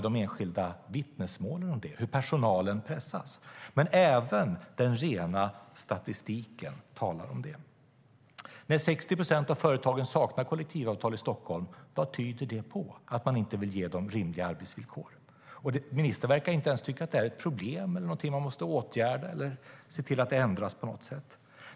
De enskilda vittnesmålen talar om hur personalen pressas, men även den rena statistiken talar om det. Vad tyder det på att 60 procent av företagen i Stockholm saknar kollektivavtal? Jo, att man inte vill ge dem rimliga arbetsvillkor. Ministern verkar inte ens tycka att det är ett problem eller något som man måste åtgärda och se till att ändra på något sätt.